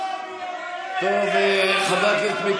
לא שמת לב,